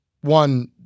One